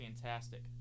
fantastic